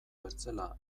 bertzela